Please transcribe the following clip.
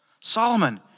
Solomon